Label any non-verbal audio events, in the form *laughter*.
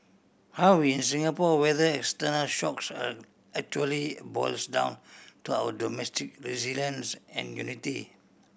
how we in Singapore weather external shocks *hesitation* actually boils down to our domestic resilience and unity